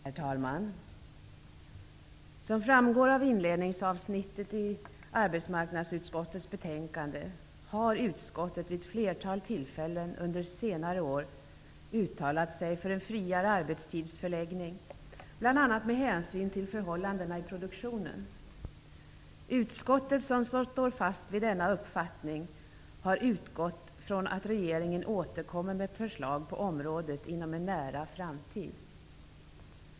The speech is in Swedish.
Herr talman! Som framgår av inledningsavsnittet i detta betänkande har arbetsmarknadsutskottet vid ett flertal tillfällen under senare år uttalat sig för en friare arbetstidsförläggning, bl.a. med hänsyn till förhållandena i produktionen. Utskottet, som står fast vid denna uppfattning, har utgått från att regeringen återkommer med förslag på området inom en nära framtid.